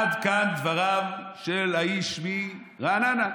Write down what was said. עד כאן דבריו של האיש מרעננה,